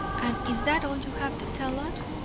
and is that all you have to tell us?